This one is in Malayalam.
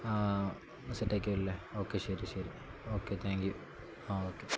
സെറ്റ ആക്കിയല്ലേ ഓക്കെ ശരി ശരി ഓക്കെ താങ്ക് യൂ ആ ഓക്കെ